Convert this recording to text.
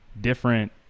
different